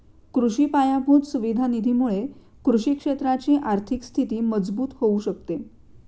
कृषि पायाभूत सुविधा निधी मुळे कृषि क्षेत्राची आर्थिक स्थिती मजबूत होऊ शकते